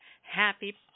Happy